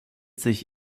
sich